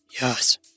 yes